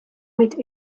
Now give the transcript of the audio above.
mit